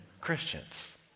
Christians